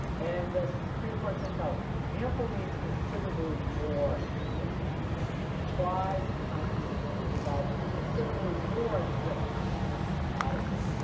and the supreme court said no ample means considerably more than just adequate. to comply with the constitution you have to provide considerably more than just adequate.